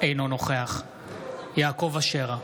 אינו נוכח יעקב אשר,